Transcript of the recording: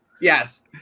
Yes